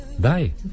Die